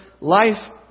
life